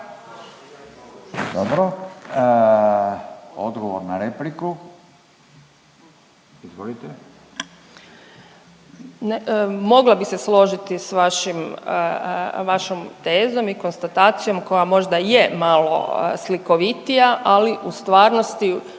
Dobro, odgovor na repliku. Izvolite. **Metelko-Zgombić, Andreja** Mogla bi se složiti s vašim, vašom tezom i konstatacijom koja možda je malo slikovitija, ali u stvarnosti